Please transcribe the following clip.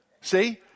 see